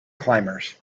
climbers